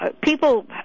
people